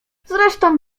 zresztą